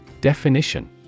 Definition